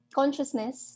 consciousness